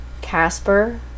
Casper